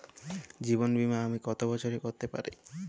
জীবন বীমা আমি কতো বছরের করতে পারি?